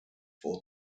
for